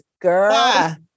Girl